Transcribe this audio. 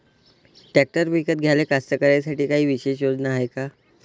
Tractor विकत घ्याले कास्तकाराइसाठी कायी विशेष योजना हाय का?